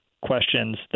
questions